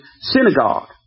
synagogue